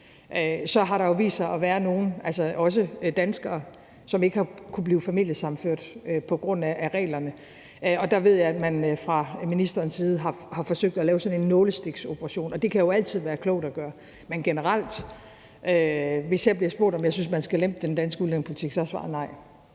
Så har der jo vist sig at være nogle, altså også danskere, som ikke har kunnet blive familiesammenført på grund af reglerne. Og der ved jeg, at man fra udlændinge- og integrationsministerens side har forsøgt at lave sådan en nålestiksoperation, og det kan jo altid være klogt at gøre. Men hvis jeg bliver spurgt, om jeg synes, man skal lempe den danske udlændingepolitik generelt,